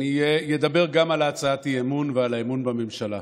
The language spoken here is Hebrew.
אני אדבר גם על הצעת האי-אמון ועל האמון בממשלה,